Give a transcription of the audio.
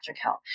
health